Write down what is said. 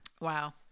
Wow